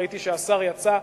ראיתי שהשר יצא,